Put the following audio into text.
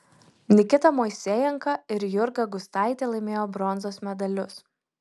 nikita moisejenka ir jurga gustaitė laimėjo bronzos medalius